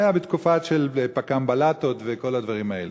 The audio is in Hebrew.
זה היה בתקופה של "פק"מ בלטות" וכל הדברים האלה.